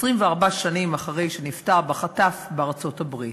24 שנים אחרי שנפטר בחטף בארצות-הברית.